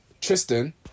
Tristan